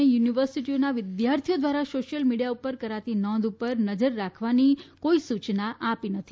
અને યુનિવર્સિટીઓના વિદ્યાર્થીઓ દ્વારા સોશ્યિલ મિડીયા ઉપર કરાતી નોંધ ઉપર નજર રાખવાની કોઇ સૂચના આપી નથી